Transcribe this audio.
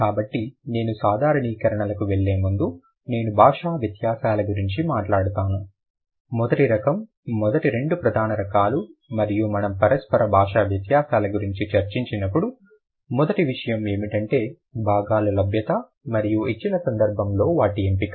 కాబట్టి నేను సాధారణీకరణలకు వెళ్లే ముందు నేను భాషా వ్యత్యాసాల గురించి మాట్లాడుతాను మొదటి రకం మొదటి రెండు ప్రధాన రకాలు మరియు మనము పరస్పర భాషా వ్యత్యాసాల గురించి చర్చించినప్పుడు మొదటి విషయం ఏమిటంటే భాగాలు లభ్యత మరియు ఇచ్చిన సందర్భంలో వాటి ఎంపిక